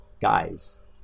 guys